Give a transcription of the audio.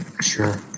Sure